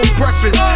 breakfast